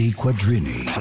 quadrini